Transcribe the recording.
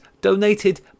donated